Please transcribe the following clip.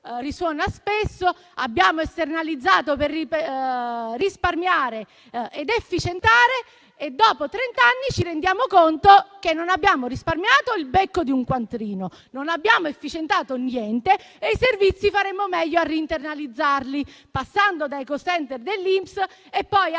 risuona spesso: abbiamo esternalizzato per risparmiare ed efficientare. Dopo trent'anni ci rendiamo conto che non abbiamo risparmiato il becco di un quattrino, non abbiamo efficientato niente e i servizi faremmo meglio a reinternalizzarli, partendo dai *call center* dell'INPS e arrivando